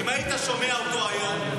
אם היית שומע אותו היום,